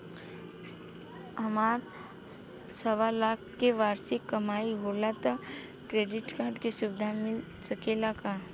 हमार सवालाख के वार्षिक कमाई होला त क्रेडिट कार्ड के सुविधा मिल सकेला का?